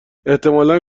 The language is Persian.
احتمالا